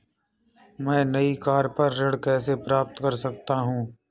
मैं नई कार पर ऋण कैसे प्राप्त कर सकता हूँ?